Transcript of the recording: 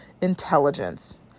Intelligence